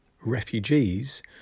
refugees